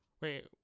wait